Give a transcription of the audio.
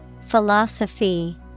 Philosophy